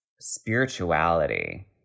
spirituality